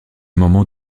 moment